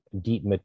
Deep